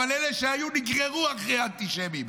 אבל אלה שהיו נגררו אחרי האנטישמים,